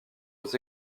aux